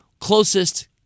Closest